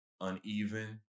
uneven